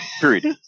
period